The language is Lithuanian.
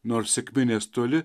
nors sekminės toli